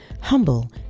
humble